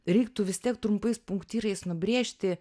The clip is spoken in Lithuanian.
reiktų vis tiek trumpais punktyrais nubrėžti